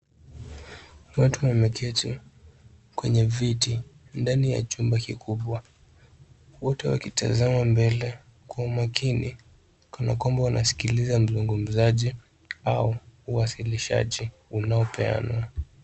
Watu wameketi kwenye viti ndani ya chumba kikubwa wote wakitazama mbele kwa umakini kana kwamba wanasikiliza mzungumzaji au uwasilishaji unaopeanwa.